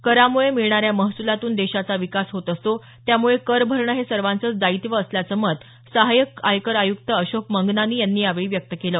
करामुळे मिळणाऱ्या महसुलातून देशाचा विकास होत असतो त्यामुळे कर भरणं हे सर्वांचंच दायित्व असल्याचं मत सहाय्यक आयकर आयक्त अशोक मंगनानी यांनी यावेळी व्यक्त केलं